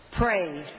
Pray